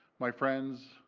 my friends,